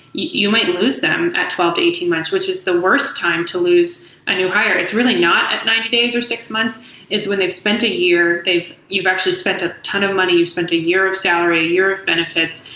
you might lose them as twelve to eighteen months, which is the worst time to lose a new hire. it's really not at ninety days or six months. it's when they've spent a year. you've actually spent a ton of money. you've spent a year of salary, a year of benefits.